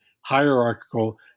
hierarchical